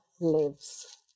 lives